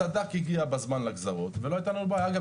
הסד"כ הגיע בזמן לגזרות ולא הייתה לנו בעיה.